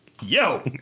Yo